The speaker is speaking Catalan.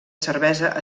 cervesa